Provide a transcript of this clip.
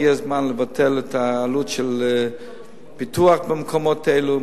הגיע הזמן לבטל את העלות של פיתוח במקומות האלו,